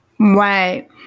Right